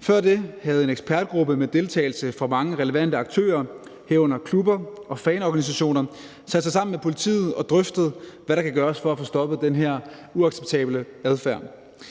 Før det havde en ekspertgruppe med deltagelse af mange relevante aktører, herunder klubber og fanorganisationer, sat sig sammen med politiet og drøftet, hvad der kan gøres for at få stoppet den her uacceptable adfærd,